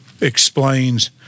explains